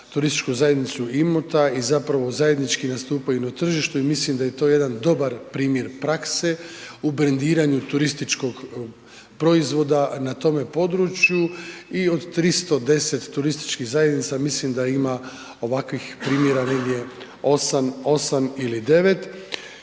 Turističku zajednicu Imota i zapravo zajednički nastupaju na tržištu i mislim da je to jedan dobar primjer prakse u brendiranju turističkog proizvoda na tome području i od 310 turističkih zajednica, mislim da ima ovakvih primjera negdje 8 ili 9.